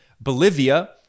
Bolivia